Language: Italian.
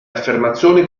affermazioni